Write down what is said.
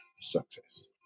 success